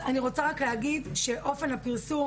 אז אני רוצה רק להגיד לגבי אופן הפרסום